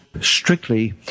strictly